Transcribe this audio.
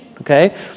okay